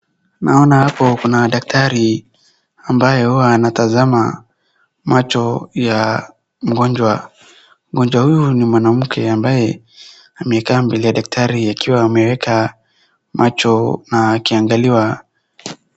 Naona hapo kuna daktari ambayo huwa anatazama macho ya mgonjwa. Mgonjwa huyu ni mwanamke ambaye amekaa mbele ya daktari akiwa ameweka macho na akiangaliwa.